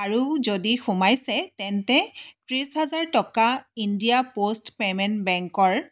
আৰু যদি সোমাইছে তেন্তে ত্ৰিছ হাজাৰ টকা ইণ্ডিয়া প'ষ্ট পে'মেণ্ট বেংকৰ